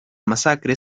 masacre